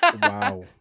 Wow